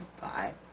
Bye